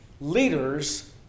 Leaders